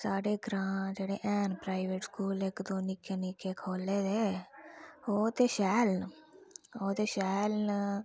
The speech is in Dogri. साढ़े ग्रां जेह्ड़े हैन प्राइवेट स्कूल इक दो निक्के निक्के खोले दे ओह् ते शैल न ओह् ते शैल न